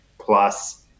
plus